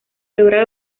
logra